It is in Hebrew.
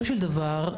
שונות?